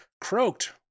croaked